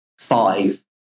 five